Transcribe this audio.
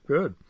Good